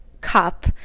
cup